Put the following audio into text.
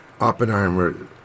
Oppenheimer